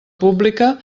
pública